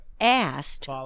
asked